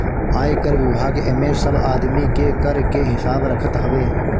आयकर विभाग एमे सब आदमी के कर के हिसाब रखत हवे